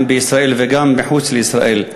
בישראל וגם מחוץ לישראל.